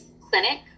clinic